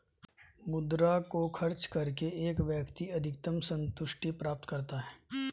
मुद्रा को खर्च करके एक व्यक्ति अधिकतम सन्तुष्टि प्राप्त करता है